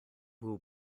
will